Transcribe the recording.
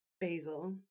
Basil